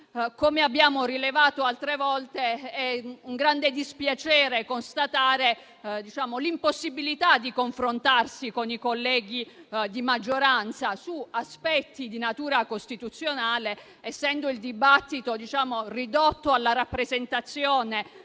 Come abbiamo rilevato altre volte, è un grande dispiacere constatare l'impossibilità di confrontarsi con i colleghi di maggioranza su aspetti di natura costituzionale, essendo il dibattito ridotto alla rappresentazione